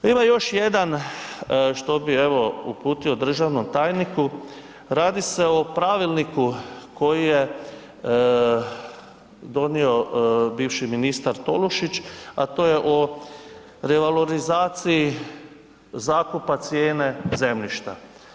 Ima još jedan što bi evo uputio državnom tajniku, radi se o pravilniku koji je donio bivši ministar Tolušić, a to je o revalorizaciji zakupa cijene zemljišta.